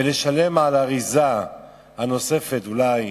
ולשלם על האריזה הנוספת אולי